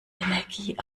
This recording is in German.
energie